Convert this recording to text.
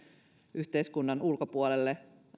yhteiskunnan ulkopuolelle